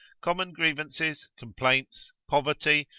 common grievances, complaints, poverty,